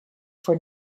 for